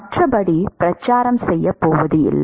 மற்றபடி பிரசாரம் செய்யப் போவதில்லை